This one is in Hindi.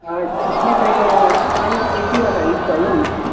अच्छा ठीक है तो लेकिन ए सी वाला ही चाहिए हमको